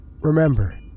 remember